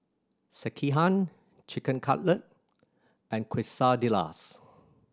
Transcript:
Sekihan Chicken Cutlet and Quesadillas